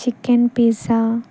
chicken pizza